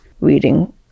reading